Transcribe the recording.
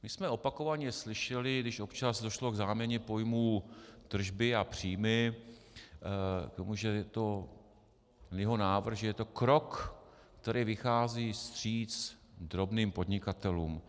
My jsme opakovaně slyšeli, když občas došlo k záměně pojmů tržby a příjmy, tomu, že je to jeho návrh, že je to krok, který vychází vstříc drobným podnikatelům.